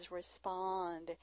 respond